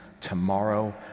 tomorrow